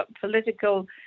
political